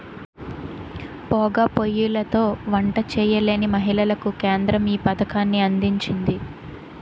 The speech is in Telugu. పోగా పోయ్యిలతో వంట చేయలేని మహిళలకు కేంద్రం ఈ పథకాన్ని అందించింది